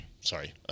Sorry